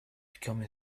becoming